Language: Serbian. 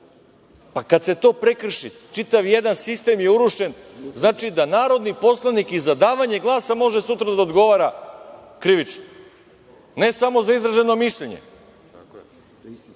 sad, kad se to prekrši, čitav jedan sistem je urušen. Znači da i narodni poslanik za davanje glasa može sutra da odgovara krivično, ne samo za izraženo mišljenje. To je